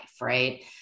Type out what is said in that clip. right